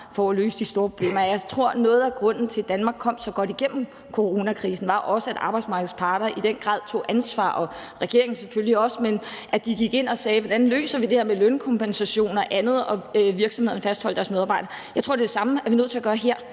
for at løse de store problemer. Jeg tror, at noget af grunden til, at Danmark kom så godt igennem coronakrisen, også var, at arbejdsmarkedets parter i den grad tog ansvar, selvfølgelig også regeringen, men at de gik ind og så på, hvordan det her med lønkompensation og andet kunne løses, så virksomhederne kunne fastholde deres medarbejdere. Jeg tror, det er det samme, vi er nødt til at gøre her,